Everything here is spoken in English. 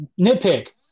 nitpick